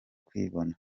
kwibona